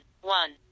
one